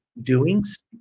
doings